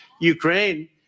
Ukraine